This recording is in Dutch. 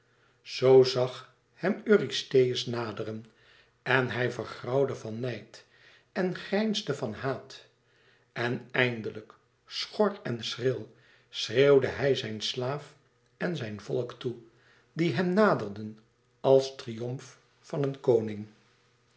zoo zag hem eurystheus naderen en hij vergrauwde van nijd en grijnsde van haat en eindelijk schor en schril schreeuwde hij zijn slaaf en zijn volk toe die hèm naderden als triomf van een koning